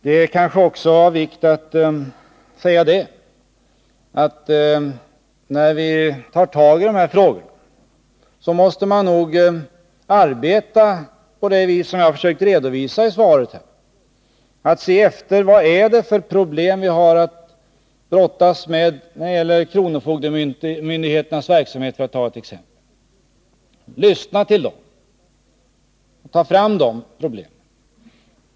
Det är kanske också av vikt att säga att vi, när vi tar tag i dessa frågor, måste arbeta på det sätt som jag försökt redovisa i svaret, dvs. undersöka vad det är för problem vi har att brottas med när det gäller kronofogdemyndigheternas verksamhet, för att ta ett exempel. Vi måste lyssna till myndighe terna och få problemen redovisade.